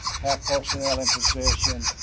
have personnel and position.